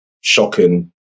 shocking